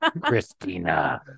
Christina